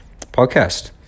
podcast